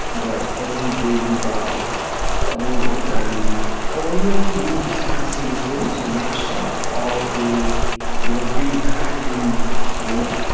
but every day new products are ah coming out. and earlier you just had a salesforce, or microsoft, or a you know big category winner.